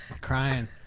Crying